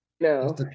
No